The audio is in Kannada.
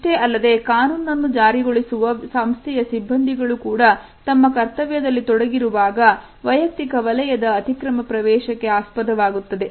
ಇಷ್ಟೇ ಅಲ್ಲದೆ ಕಾನೂನನ್ನು ಜಾರಿಗೊಳಿಸುವ ಸಂಸ್ಥೆಯ ಸಿಬ್ಬಂದಿಗಳು ಕೂಡ ತಮ್ಮ ಕರ್ತವ್ಯದಲ್ಲಿ ತೊಡಗಿರುವಾಗ ವಲಯದ ಅತಿಕ್ರಮ ಪ್ರವೇಶ ಆಸ್ಪದವಾಗುತ್ತದೆ